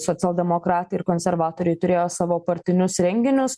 socialdemokratai ir konservatoriai turėjo savo partinius renginius